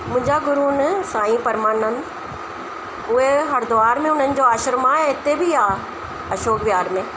मुंहिंजा गुरू आहिनि साईं परमानंद उहे हरिद्वार में उन्हनि जो आश्रम आहे हिते बि आहे अशोक विहार में